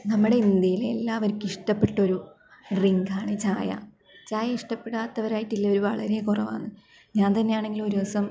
നമ്മുടെ ഇന്ത്യയില് എല്ലാവര്ക്കും ഇഷ്ടപ്പെട്ട ഒരു ഡ്രിഗ് ആണ് ചായ ചായ ഇഷ്ടപ്പെടാത്തവരായിട്ടുള്ളവർ വളരെ കുറവാണ് ഞാന് തന്നെയാണെങ്കിൽ ഒരു ദിവസം